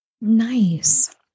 Nice